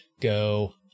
go